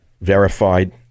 verified